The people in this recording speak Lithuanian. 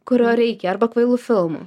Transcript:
kurio reikia arba kvailu filmu